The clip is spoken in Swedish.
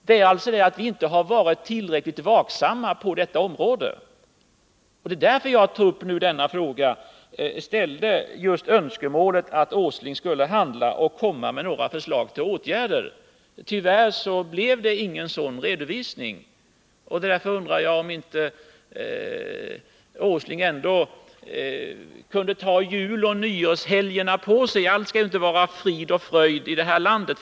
Det är det förhållandet att vi inte varit tillräckligt vaksamma på 59 detta område som gör att jag i min interpellation framfört önskemålet att Nils Åsling skulle skrida till handling och lägga fram några förslag till åtgärder. Tyvärr fick jag inte något positivt svar. Därför undrar jag om inte Nils Åsling kunde ta juloch nyårshelgerna på sig för att ordentligt sätta sig in i denna bransch.